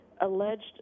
alleged